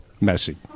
messy